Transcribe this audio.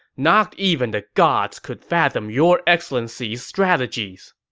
not even the gods could fathom your excellency's strategies!